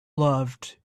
loved